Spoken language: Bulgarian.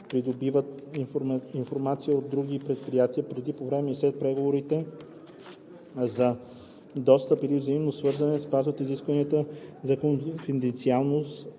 придобиват информация от други предприятия преди, по време или след преговорите за достъп или взаимно свързване, спазват изискванията за конфиденциалност